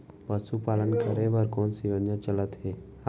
पशुपालन करे बर कोन से योजना चलत हे?